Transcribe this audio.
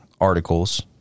articles